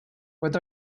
what